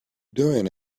doing